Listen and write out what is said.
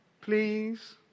Please